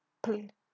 pla